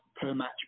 per-match